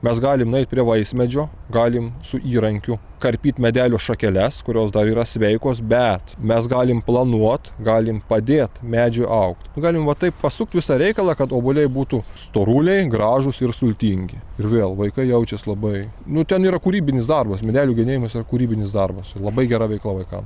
mes galim nueit prie vaismedžio galim su įrankiu karpyt medelių šakeles kurios dar yra sveikos bet mes galim planuot galim padėt medžiui augt galim va taip pasukt visą reikalą kad obuoliai būtų storuliai gražūs ir sultingi ir vėl vaikai jaučias labai nu ten yra kūrybinis darbas medelių genėjimas yra kūrybinis darbas labai gera veikla vaikam